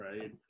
right